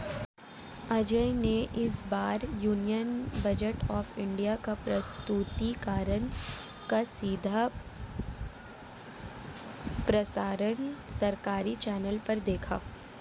अजय ने इस बार यूनियन बजट ऑफ़ इंडिया का प्रस्तुतिकरण का सीधा प्रसारण सरकारी चैनल पर देखा